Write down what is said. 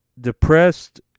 depressed